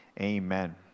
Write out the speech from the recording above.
Amen